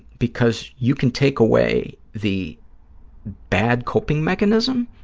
because you can take away the bad coping mechanism